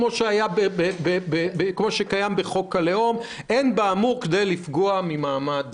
כמו שקיים בחוק הלאום: אין באמור כדי לפגוע במעמד